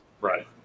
Right